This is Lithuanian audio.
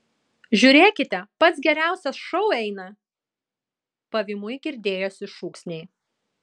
žiūrėkite pats geriausias šou eina pavymui girdėjosi šūksniai